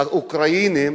האוקראינים,